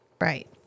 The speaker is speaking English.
Right